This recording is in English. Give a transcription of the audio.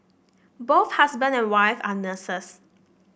both husband and wife are nurses